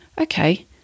Okay